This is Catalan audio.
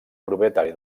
propietari